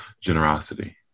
generosity